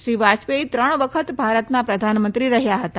શ્રી વાજપેયી ત્રણ વખત ભારતના પ્રધાનમંત્રી રહયા હતા